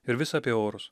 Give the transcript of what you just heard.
ir vis apie orus